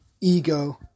Ego